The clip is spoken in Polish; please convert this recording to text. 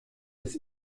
jest